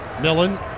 Millen